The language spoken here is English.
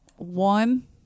one